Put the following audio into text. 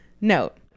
Note